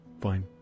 fine